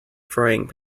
frying